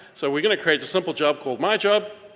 so we're gonna create a simple job called myjob.